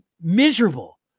Miserable